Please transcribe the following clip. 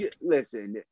listen